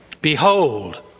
Behold